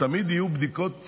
תמיד יהיו בדיקות מדגמיות.